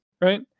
right